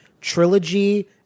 trilogy